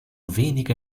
wenige